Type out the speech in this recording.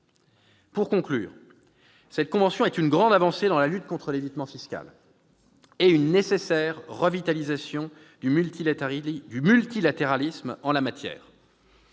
Pour conclure, cette convention est une grande avancée dans la lutte contre l'évitement fiscal et participe de la nécessaire revitalisation du multilatéralisme en la matière.